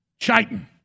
Chitin